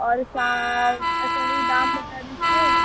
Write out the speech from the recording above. और सही दाम बता दीजिए